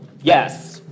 Yes